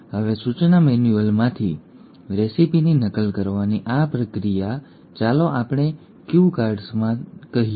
હવે સૂચના મેન્યુઅલમાંથી રેસીપીની નકલ કરવાની આ પ્રક્રિયા ચાલો આપણે ક્યુ કાર્ડ્સમાં કહીએ